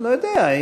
לא יודע.